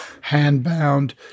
hand-bound